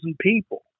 people